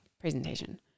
presentation